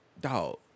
Dog